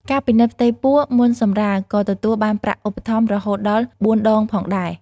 ការពិនិត្យផ្ទៃពោះមុនសម្រាលក៏ទទួលបានប្រាក់ឧបត្ថម្ភរហូតដល់៤ដងផងដែរ។